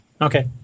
Okay